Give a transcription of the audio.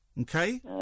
Okay